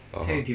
(uh huh)